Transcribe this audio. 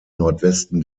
nordwesten